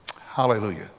Hallelujah